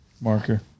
marker